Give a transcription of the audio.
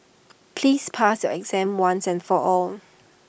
please pass your exam once and for all